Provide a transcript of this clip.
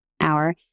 hour